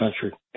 country